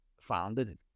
founded